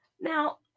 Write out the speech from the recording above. Now